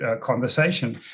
conversation